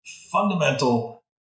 fundamental